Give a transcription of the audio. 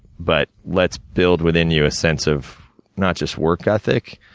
but let's build within you a sense of not just work ethic,